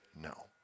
no